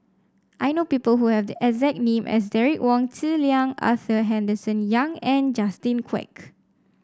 I know people who have the exact name as Derek Wong Zi Liang Arthur Henderson Young and Justin Quek